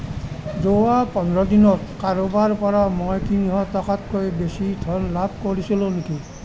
যোৱা পোন্ধৰ দিনত কাৰোবাৰ পৰা মই তিনিশ টকাতকৈ বেছি ধন লাভ কৰিছিলোঁ নেকি